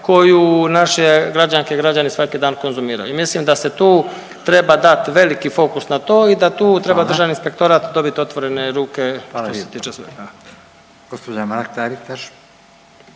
koju naše građanke i građani svaki dan konzumiraju i mislim da se tu treba dati veliki fokus na to i da tu treba Državni inspektorat .../Upadica: Hvala./... dobiti otvorene ruke što se tiče svega.